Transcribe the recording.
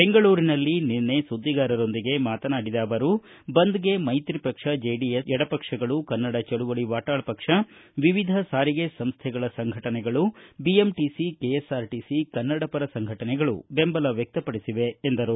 ಬೆಂಗಳೂರಿನಲ್ಲಿ ನಿನ್ನೆ ಸುದ್ದಿಗಾರರೊಂದಿಗೆ ಮಾತನಾಡಿದ ಅವರು ಬಂದ್ಗೆ ಮೈತ್ರಿ ಪಕ್ಷ ಜೆಡಿಎಸ್ ಎಡಪಕ್ಷಗಳು ಕನ್ನಡ ಚಳವಳಿ ವಾಟಾಳ್ ಪಕ್ಷ ವಿವಿಧ ಸಾರಿಗೆ ಸಂಸ್ಥೆಗಳ ಸಂಘಟನೆಗಳು ಬಿಎಂಟಿಸಿ ಕೆಎಸ್ಆರ್ಟಿಸಿ ಕನ್ನಡ ಪರ ಸಂಘಟನೆಗಳು ಬೆಂಬಲ ವ್ಯಕ್ತಪಡಿಸಿವೆ ಎಂದರು